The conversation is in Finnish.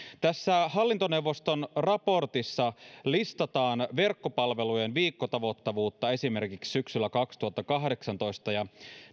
tässä hallintoneuvoston raportissa listataan verkkopalvelujen viikkotavoittavuutta esimerkiksi syksyllä kaksituhattakahdeksantoista ja